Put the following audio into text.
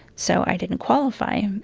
so i didn't qualify.